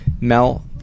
Mel